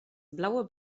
blaue